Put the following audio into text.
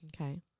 Okay